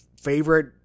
favorite